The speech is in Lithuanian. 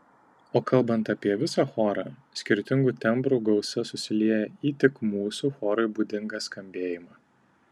o kalbant apie visą chorą skirtingų tembrų gausa susilieja į tik mūsų chorui būdingą skambėjimą